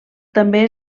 també